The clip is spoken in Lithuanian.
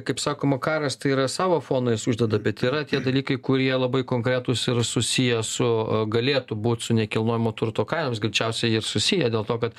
kaip sakoma karas tai yra savą foną jis uždeda bet yra tie dalykai kurie labai konkretūs ir susiję su galėtų būt su nekilnojamo turto kainomis greičiausiai jie ir susiję dėl to kad